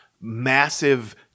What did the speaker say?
massive